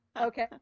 Okay